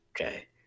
Okay